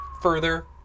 further